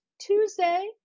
Tuesday